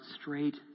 straight